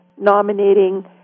nominating